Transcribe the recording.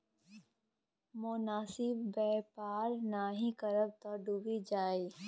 मोनासिब बेपार नहि करब तँ डुबि जाएब